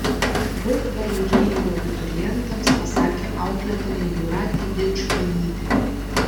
daug palinkėjimų abiturientams pasakė auklėtoja jūratė didžbanytė